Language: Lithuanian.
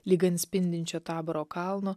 lyg ant spindinčio taboro kalno